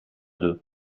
deux